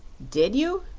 did you?